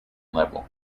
level